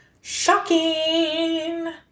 Shocking